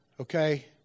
okay